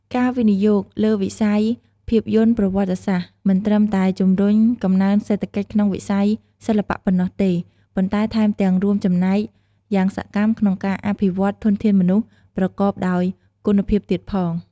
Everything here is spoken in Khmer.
ការវិនិយោគលើវិស័យភាពយន្តប្រវត្តិសាស្ត្រ មិនត្រឹមតែជម្រុញកំណើនសេដ្ឋកិច្ចក្នុងវិស័យសិល្បៈប៉ុណ្ណោះទេ ប៉ុន្តែថែមទាំងរួមចំណែកយ៉ាងសកម្មក្នុងការអភិវឌ្ឍធនធានមនុស្សប្រកបដោយគុណភាពទៀតផង។